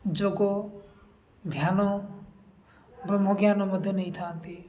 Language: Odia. ଯୋଗ ଧ୍ୟାନ ବ୍ରହ୍ମଜ୍ଞାନ ମଧ୍ୟ ନେଇଥାନ୍ତି